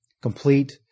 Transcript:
Complete